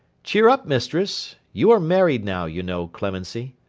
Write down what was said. cheer up, mistress you are married now, you know, clemency